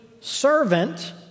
servant